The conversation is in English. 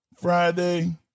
Friday